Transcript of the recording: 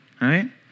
Right